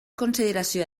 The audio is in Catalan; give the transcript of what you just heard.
consideració